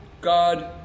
God